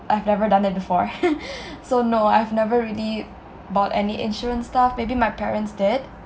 I've never done it before so no I've never really bought any insurance stuff maybe my parents did